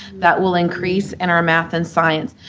that will increase in our math and science.